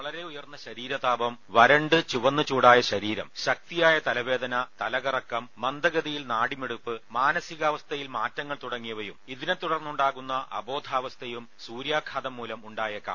വളരെ ഉയർന്ന ശരീരതാപം വറ്റിവരണ്ട ചുവന്നു ചൂടായ ശരീരം ശക്തിയായ തലവേദന തലകറക്കം മന്ദഗതിയിൽ നാഡിമിടിപ്പ് മാനസികാവസ്ഥയിൽ മാറ്റങ്ങൾ തുടങ്ങിയവയും ഇതിനെത്തുടർന്നുണ്ടാ കുന്ന അബോധാവസ്ഥയും സൂര്യാഘാതംമൂലം ഉണ്ടായേക്കാം